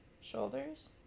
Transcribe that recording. shoulders